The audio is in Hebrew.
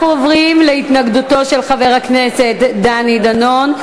אנחנו עוברים להתנגדותו של חבר הכנסת דני דנון.